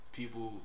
people